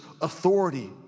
authority